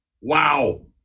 Wow